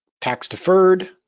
tax-deferred